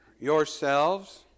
yourselves